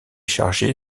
chargé